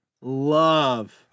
love